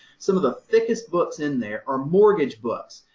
some of the thickest books in there are mortgage books,